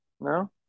No